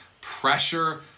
pressure